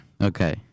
Okay